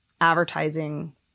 advertising